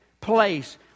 place